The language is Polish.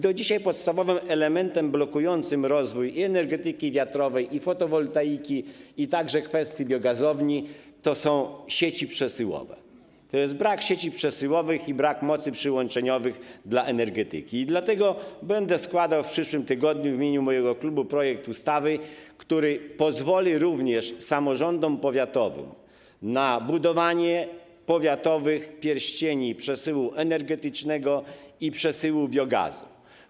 Do dzisiaj podstawowym elementem blokującym rozwój energetyki wiatrowej, fotowoltaiki, a także biogazowni są sieci przesyłowe - brak sieci przesyłowych i brak mocy przyłączeniowych dla energetyki, dlatego w przyszłym tygodniu w imieniu mojego klubu będę składał projekt ustawy, który pozwoli również samorządom powiatowym na budowanie powiatowych pierścieni przesyłu energetycznego i przesyłu biogazu.